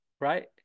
right